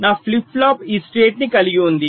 నా flip flop ఈ state ని కలిగి ఉంది